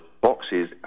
boxes